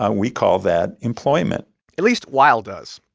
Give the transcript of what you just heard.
ah we call that employment at least weil does.